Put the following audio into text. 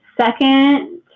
second